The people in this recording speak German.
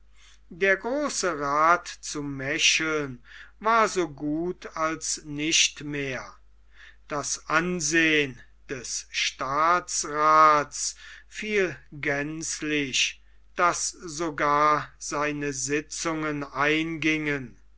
der große rath zu mecheln war so gut als nicht mehr das ansehen des staatsraths fiel gänzlich daß sogar seine sitzungen eingingen